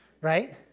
right